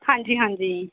ਹਾਂਜੀ ਹਾਂਜੀ